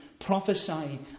Prophesy